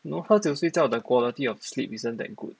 no 喝酒睡觉 the quality of sleep isn't that good